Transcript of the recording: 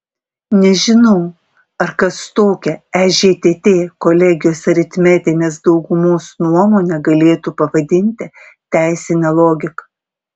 nežinau ar kas tokią ežtt kolegijos aritmetinės daugumos nuomonę galėtų pavadinti teisine logika